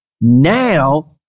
now